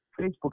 Facebook